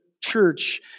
church